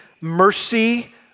Mercy